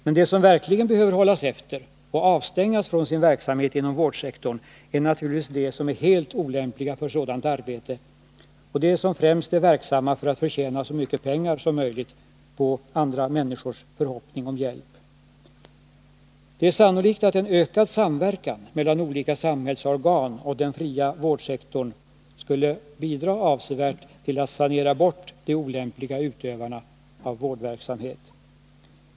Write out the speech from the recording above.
Men de som verkligen behöver hållas efter och avstängas från sin verksamhet inom vårdsektorn är naturligtvis de som är helt olämpliga för sådant arbete och de som främst är verksamma för att förtjäna så mycket pengar som möjligt på andra människors förhoppning om hjälp. Det är sannolikt att en ökad samverkan mellan olika samhällsorgan och den fria vårdsektorn skulle avsevärt bidra till att de olämpliga utövarna av vårdverksamhet sanerades bort.